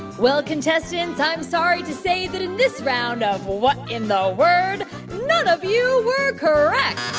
well, contestants, i'm sorry to say that in this round of what in the word, none of you were correct